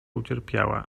ucierpiała